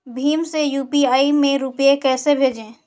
भीम से यू.पी.आई में रूपए कैसे भेजें?